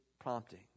prompting